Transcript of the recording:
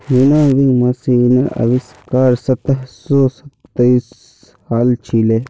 winnowing मशीनेर आविष्कार सत्रह सौ सैंतीसत हल छिले